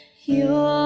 your